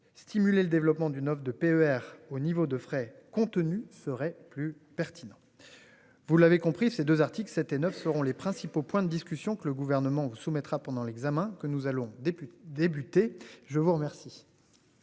Stimuler le développement du offre de PER au niveau de frais contenu serait plus pertinent. Vous l'avez compris, ces 2 articles 7 et 9 seront les principaux points de discussion, que le gouvernement soumettra pendant l'examen que nous allons débuter. Je vous remercie.